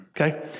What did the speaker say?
Okay